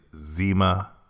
Zima